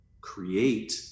create